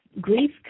grief